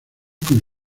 con